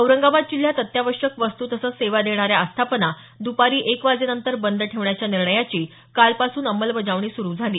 औरंगाबाद जिल्ह्यात अत्यावश्यक वस्तू तसंच सेवा देणाऱ्या आस्थापना दुपारी एक वाजेनंतर बंद ठेवण्याच्या निर्णयाची कालपासून अंमलबजावणी सुरू झाली